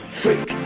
freak